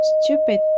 stupid